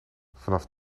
vanaf